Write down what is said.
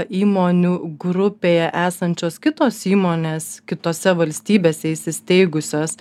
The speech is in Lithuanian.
įmonių grupėje esančios kitos įmonės kitose valstybėse įsisteigusios